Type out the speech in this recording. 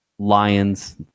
Lions